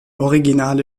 originale